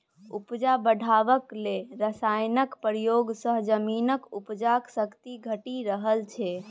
उपजा बढ़ेबाक लेल रासायनक प्रयोग सँ जमीनक उपजाक शक्ति घटि रहल छै